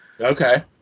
okay